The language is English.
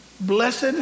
Blessed